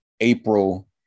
April